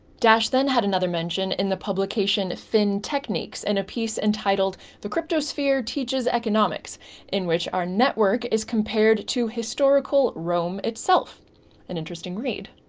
dash then had another mention in the publication fintekneeks in and a piece entitled, the cryptosphere teaches economics in which our network is compared to historical rome itself an interesting read.